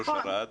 שוש ארד.